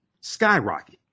skyrocket